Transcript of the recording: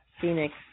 Phoenix